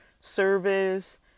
service